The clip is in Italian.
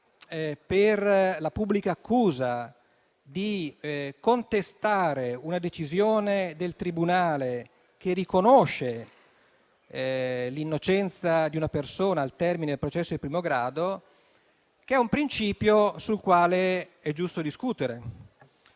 per la pubblica accusa di contestare una decisione del tribunale che riconosce l'innocenza di una persona al termine del processo di primo grado. Si tratta di un principio sul quale è giusto discutere